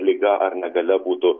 liga ar negalia būtų